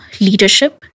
Leadership